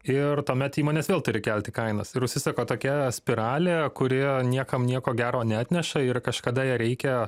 ir tuomet įmonės vėl turi kelti kainas ir užsisuka tokia spiralė kuri niekam nieko gero neatneša ir kažkada ją reikia